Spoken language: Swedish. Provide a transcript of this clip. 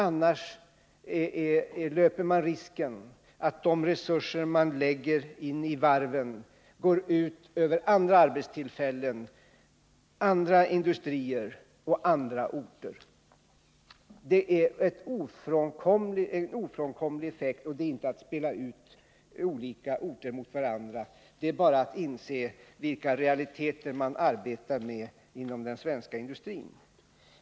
Annars löper man risken att de resurser man lägger ned i varven går ut över andra arbetstillfällen, andra industrier och andra orter. Det är en ofrånkomlig effekt, och när man säger detta är det inte att spela ut olika orter mot varandra. Det är bara att inse vilka realiteter man arbetar med inom den svenska varvsindustrin.